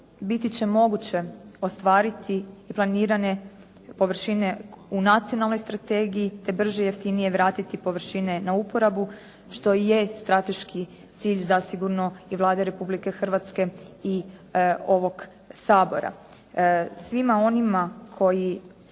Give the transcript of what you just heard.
biti će moguće ostvariti planirane površine u nacionalnoj strategiji, te brže i jeftinije vratiti površine na uporabu što i je strateški cilj zasigurno i Vlade Republike Hrvatske i ovog Sabora. Svima onima koji